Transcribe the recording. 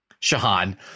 Shahan